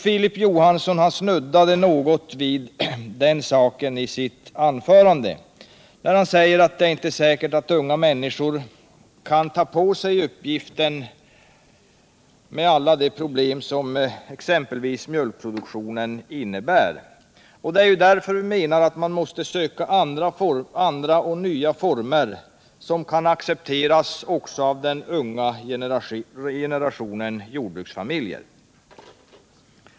Filip Johansson snuddade något vid den saken i sitt anförande när han sade att det inte är säkert att unga människor kan ta på sig uppgiften med alla de problem som exempelvis mjölkproduktionen innebär. Det är därför man måste söka andra former, som kan accepteras också av den unga generationen jordbrukarfamiljer.